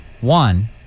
One